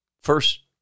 first